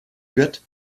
wird